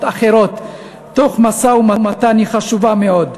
שכנות אחרות תוך משא-ומתן היא חשובה מאוד,